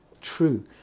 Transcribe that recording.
true